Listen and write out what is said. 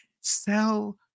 sell